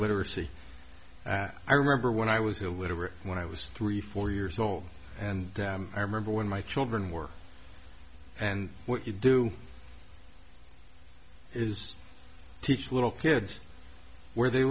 illiteracy and i remember when i was illiterate when i was three four years old and i remember when my children were and what you do is teach little kids where they